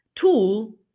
tool